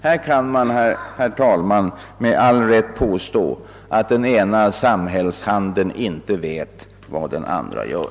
Här kan man, herr talman, med all rätt påstå att den ena samhällshanden inte vet vad den andra gör.